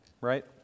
right